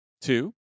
two